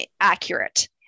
accurate